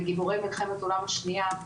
לגיבורי מלחמת העולם השנייה,